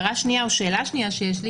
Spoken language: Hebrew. שאלה שנייה שיש לי